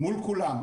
מול כולם.